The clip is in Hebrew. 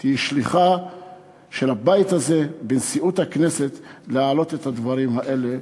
תהיי שליחה של הבית הזה בנשיאות הכנסת להעלות את הדברים האלה,